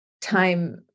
time